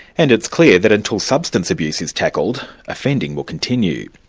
and it's clear that until substance abuse is tackled offending will continue.